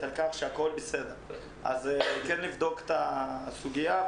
על כך שהכול בסדר צריך לבדוק את הסוגיה.